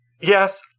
yes